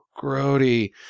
grody